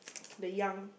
the young